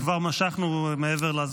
אני רואה, אבל כבר משכנו מעבר לזמן.